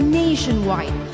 nationwide